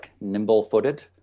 nimble-footed